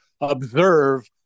observe